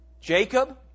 Jacob